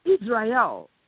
Israel